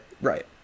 right